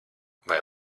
vai